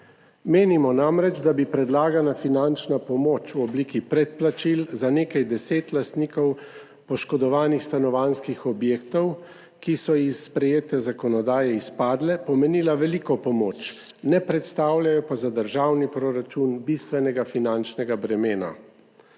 Menimo namreč, da bi predlagana finančna pomoč v obliki predplačil za nekaj deset lastnikov poškodovanih stanovanjskih objektov, ki so iz sprejete zakonodaje izpadle, pomenila veliko pomoč, ne predstavljajo pa za državni proračun bistvenega finančnega bremena.